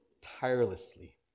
tirelessly